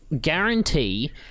guarantee